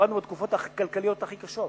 ועברנו תקופות כלכליות הכי קשות,